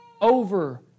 over